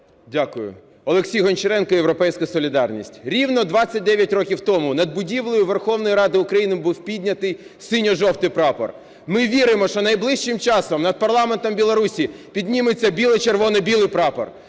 Дякую. Олексій Гончаренко, "Європейська солідарність". Рівно 29 років тому над будівлею Верховної Ради України був піднятий синьо-жовтий прапор. Ми віримо, що найближчим часом над парламентом Білорусі підніметься біло-червоно-білий прапор!